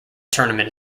tournament